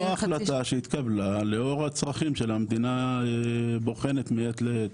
זו החלטה שהתקבלה לאור הצרכים של המדינה בוחנת מעת לעת.